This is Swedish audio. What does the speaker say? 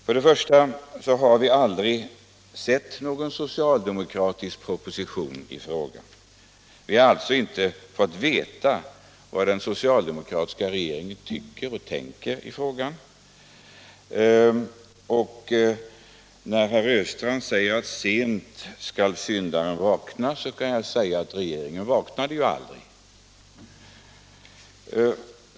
För det första har vi aldrig sett någon socialdemokratisk proposition i frågan. Vi har alltså inte fått veta vad den socialdemokratiska regeringen tyckte och tänkte härvidlag. När herr Östrand säger att sent skall syndarn vakna, kan jag svara. Den socialdemokratiska regeringen vaknade ju aldrig!